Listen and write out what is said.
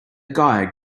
guy